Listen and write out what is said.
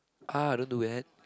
ah don't do that